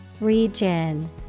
Region